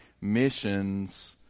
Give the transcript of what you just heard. missions